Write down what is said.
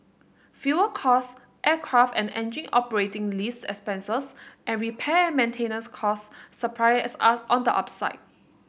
fuel cost aircraft and engine operating lease expenses and repair and maintenance costs surprised us on the upside